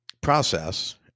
process